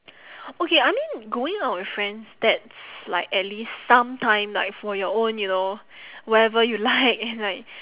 okay I mean going out with friends that's like at least some time like for your own you know whatever you like and like